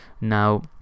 Now